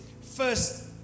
first